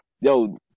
Yo